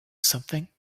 something